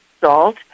salt